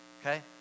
Okay